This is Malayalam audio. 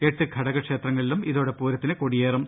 എട്ട് ഘടക ക്ഷേത്രങ്ങളിലും ഇതോടെ പൂരത്തിന് കൊടിയേറും